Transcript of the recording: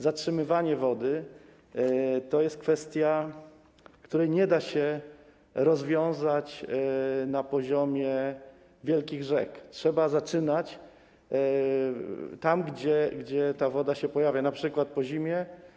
Zatrzymywanie wody to jest kwestia, której nie da się rozwiązać na poziomie wielkich rzek, trzeba zaczynać tam, gdzie ta woda się pojawia, np. po zimie.